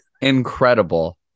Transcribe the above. Incredible